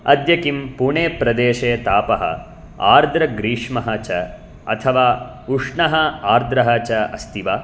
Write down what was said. अद्य किम् पुणे प्रदेशे तापः आर्द्रग्रीष्मः च अथवा उष्णः आर्द्रः च अस्ति वा